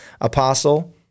apostle